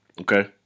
Okay